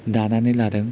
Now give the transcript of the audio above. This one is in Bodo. दानानै लादों